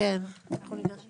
תודה רבה.